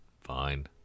Fine